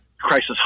crisis